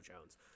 Jones